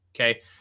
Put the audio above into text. Okay